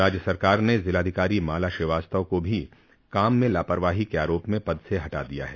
राज्य सरकार ने जिलाधिकारी माला श्रीवास्तव को भी काम में लापरवाही के आरोप में पद से हटा दिया है